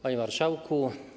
Panie Marszałku!